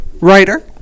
writer